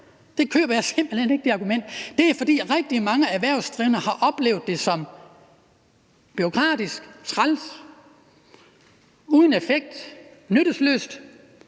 køber jeg simpelt hen ikke. Men det er, fordi rigtig mange erhvervsdrivende har oplevet det som bureaukratisk, træls, uden effekt, nyttesløst,